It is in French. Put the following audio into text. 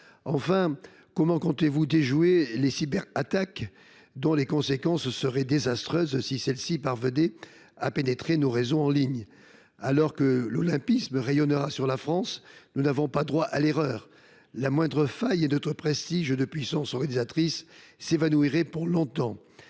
Enfin, comment comptez vous déjouer les cyberattaques, dont les conséquences seraient désastreuses si elles parvenaient à pénétrer nos réseaux en ligne ? Alors que l’olympisme rayonnera sur la France, nous n’avons pas le droit à l’erreur. À la moindre faille, notre prestige de puissance organisatrice s’évanouirait pour longtemps